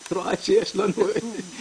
את רואה שיש לנו ויכוח,